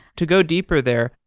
to go deeper there,